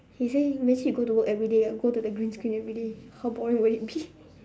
he say imagine you go to work everyday you go to the green screen everyday how boring would it be